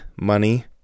money